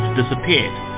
disappeared